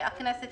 שהכנסת